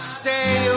stay